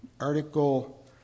Article